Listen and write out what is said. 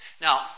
Now